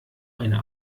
eine